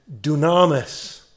dunamis